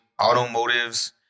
Automotives